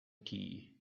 tea